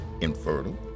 infertile